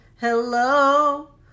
hello